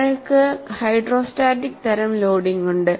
നിങ്ങൾക്ക് ഹൈഡ്രോസ്റ്റാറ്റിക് തരം ലോഡിംഗ് ഉണ്ട്